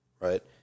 right